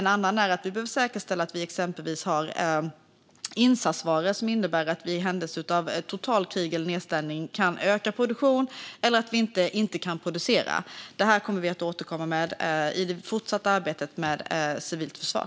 En annan är att säkerställa att vi exempelvis har insatsvaror som innebär att vi i händelse av krig eller total nedstängning kan öka produktionen eller om vi inte kan producera. Det kommer vi att återkomma med i det fortsatta arbetet med civilt försvar.